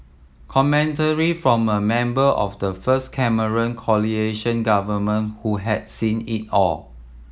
commentary from a member of the first Cameron government who had seen it all